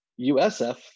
USF